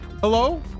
Hello